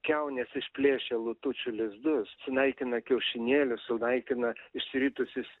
kiaunės išplėšia lutučių lizdus sunaikina kiaušinėlius sunaikina išsiritusius